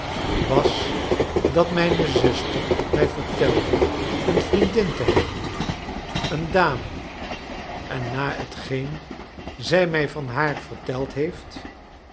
was dat mijne znster mij vertelde een vriendin te hebben een dame en na hetgeen zij mij van haar vert eld heeft